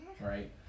right